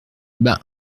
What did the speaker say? ben